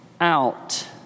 out